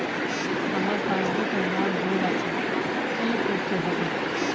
আমার পাসবুকে নাম ভুল আছে কি করতে হবে?